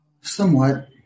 Somewhat